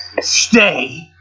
Stay